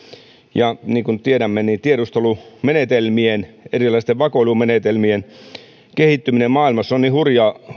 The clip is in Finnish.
ja niin kuin tiedämme tiedustelumenetelmien erilaisten vakoilumenetelmien kehittyminen maailmassa on niin hurjaa